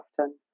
often